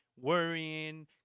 Worrying